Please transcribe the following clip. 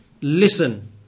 listen